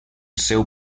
seu